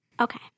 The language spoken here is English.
Okay